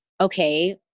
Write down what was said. okay